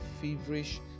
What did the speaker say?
feverish